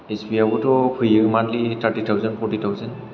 एसबीआईआवबोथ' फैयो मानलि थारथि थावजेन फरथि थावजेन